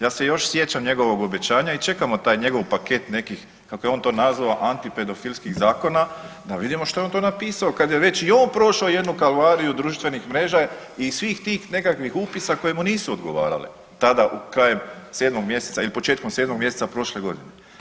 Ja se još sjećam njegovog obećanja i čekamo taj njegov paket nekih kako je on to nazvao antipedofilskih zakona, da vidimo što je on to napisao kad je već i on prošao jednu kalvariju društvenih mreža i svih tih nekakvih upisa koje mu nisu odgovarale tada krajem 7 mjeseca ili početkom 7 mjeseca prošle godine.